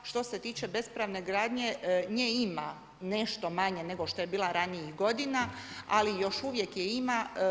Što se tiče bespravne gradnje, nje ima, nešto manje nego što je bila ranijih godina, ali još uvijek je ima.